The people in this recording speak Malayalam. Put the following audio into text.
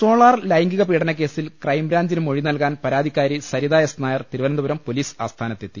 സോളാർ ലൈംഗിക പീഡനക്കേസിൽ ക്രൈംബ്രാഞ്ചിന് മൊഴി നൽകാൻ പരാതിക്കാരി സരിത എസ് നായർ തിരുവനന്ത പുരം പൊലീസ്ആസ്ഥാനത്തെത്തി